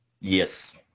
Yes